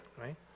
right